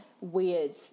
weird